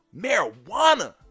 Marijuana